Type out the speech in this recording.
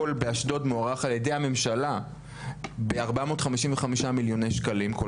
באשדוד מוערך על ידי הממשלה ב-455 מיליוני שקלים כל